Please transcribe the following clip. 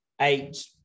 eight